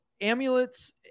Amulets